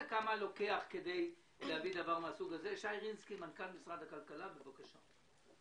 רינסקי, מנכ"ל משרד הכלכלה, בבקשה.